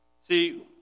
See